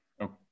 okay